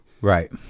Right